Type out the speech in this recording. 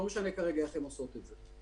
לא משנה כרגע איך הן עושות את זה,